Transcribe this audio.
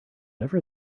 ever